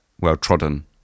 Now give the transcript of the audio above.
well-trodden